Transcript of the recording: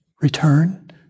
return